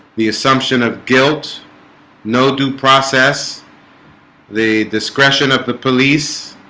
the assumption of guilt no due process the discretion of the police